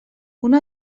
una